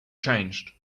changed